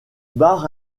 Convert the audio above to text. bar